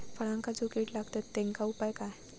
फळांका जो किडे लागतत तेनका उपाय काय?